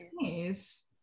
nice